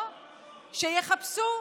או שיחפשו.